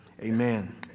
Amen